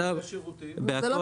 זה משהו